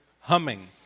humming